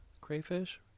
crayfish